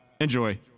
Enjoy